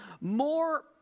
more